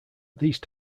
these